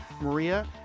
Maria